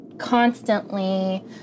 constantly